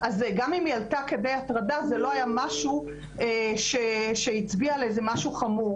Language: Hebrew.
גם אם היא עלתה כדי הטרדה זה לא היה משהו שהצביע על משהו חמור,